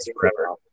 forever